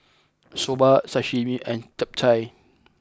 Soba Sashimi and Japchae